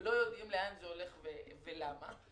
עדיין לא סיימה את עבודתה,